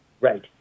Right